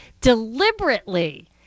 deliberately